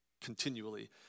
continually